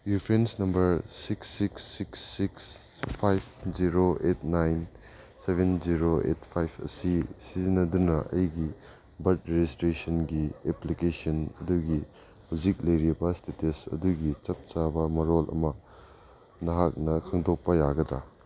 reference number six six six six five zero eight nine seven zero eight five ꯑꯁꯤ ꯁꯤꯖꯤꯟꯅꯗꯨꯅ ꯑꯩꯒꯤ ꯕꯥꯔꯠ ꯔꯦꯖꯤꯁꯇ꯭ꯔꯦꯁꯟꯒꯤ application ꯑꯗꯨꯒꯤ ꯍꯧꯖꯤꯛ ꯂꯩꯔꯤꯕ ꯏꯁꯇꯦꯇꯁ ꯑꯗꯨꯒꯤ ꯆꯞ ꯆꯥꯕ ꯃꯔꯣꯜ ꯑꯃ ꯅꯍꯥꯛꯅ ꯈꯪꯗꯣꯛꯄ ꯌꯥꯒꯗ꯭ꯔ